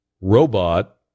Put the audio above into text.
Robot